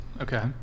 okay